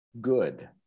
good